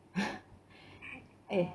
eh